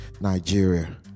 Nigeria